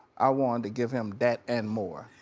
i wanted to give him that and more.